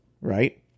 right